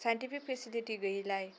scientific facility गोयैलाय